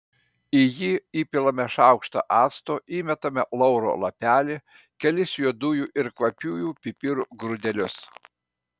į jį įpilame šaukštą acto įmetame lauro lapelį kelis juodųjų ir kvapiųjų pipirų grūdelius